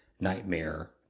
nightmare